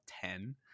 ten